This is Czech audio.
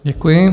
Děkuji.